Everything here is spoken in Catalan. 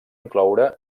incloure